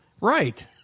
Right